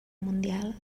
mundial